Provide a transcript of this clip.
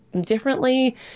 differently